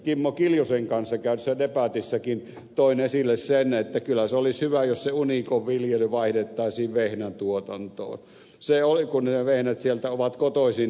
kimmo kiljusen kanssa käydyssä debatissakin toin esille sen että kyllä olisi hyvä jos se unikon viljely vaihdettaisiin vehnän tuotantoon kun ne vehnät sieltä ovat kotoisin